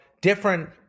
different